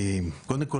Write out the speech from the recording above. קודם כל,